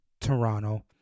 Toronto